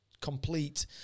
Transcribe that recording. complete